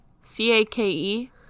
c-a-k-e